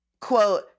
quote